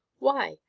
why!